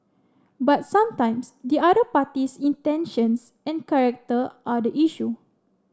but sometimes the other party's intentions and character are the issue